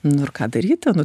nu ir ką daryti nu